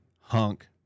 hunk